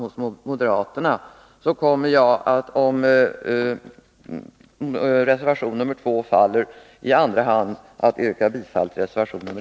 Eftersom tankegångarna i den moderata reservationen är desamma som i min reservation kommer Jag, för arbetsformer